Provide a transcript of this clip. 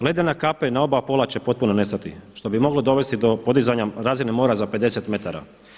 Ledene kape na oba pola će potpuno nestati što bi moglo dovesti do podizanja razine mora za 50 metara.